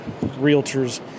realtors